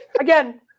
Again